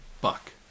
Buck